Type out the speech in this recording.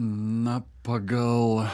na pagal